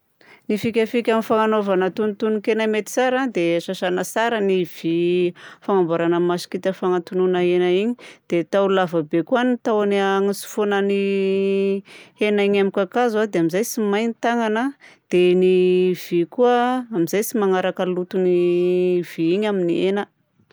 Ny fikafika fanaovana tonotonon-kena mety tsara dia: sasana tsara ny vy fanamboarana masikita fagnatonoana hena igny, dia atao lava be koa ny tahony hanatsofohana ny hena eny amin'ny kakazo a dia amin'izay tsy may ny tanana a, dia ny vy koa amin'izay tsy manaraka loton'ny vy igny amin'ny hena.